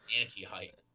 Anti-hype